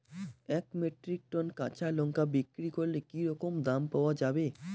এক metric ton কাঁচা লঙ্কা বিক্রি করলে কি রকম দাম পাওয়া যাবে?